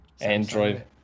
Android